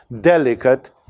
delicate